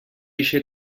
eixe